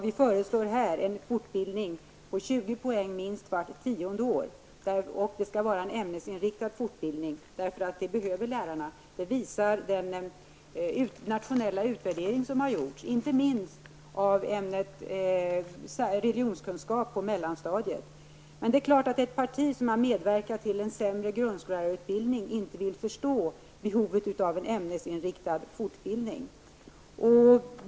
Vi föreslår här en fortbildning på 20 poäng minst vart tionde år och det skall vara en ämnesinriktad fortbildning, eftersom lärarna behöver detta. Det visar den nationella utvärdering som har gjorts, och detta gäller inte minst för ämnet religionskunskap på mellanstadiet. Det är klart att ett parti som har medverkat till en försämring av grundskollärarutbildningen inte vill förstå behovet av en ämnesinriktad fortbildning.